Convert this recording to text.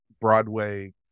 Broadway